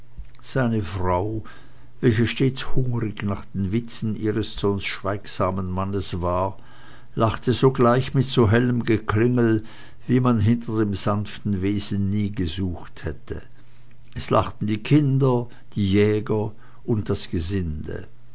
seine frau welche stets hungrig nach den witzen ihres sonst schweigsamen mannes war lachte sogleich mit so hellem geklingel wie man hinter dem sanften wesen nie gesucht hätte es lachten die kinder die jäger und das gesinde